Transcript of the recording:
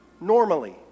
Normally